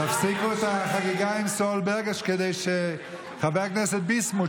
תפסיקו את החגיגה עם סולברג כדי שחבר הכנסת ביסמוט,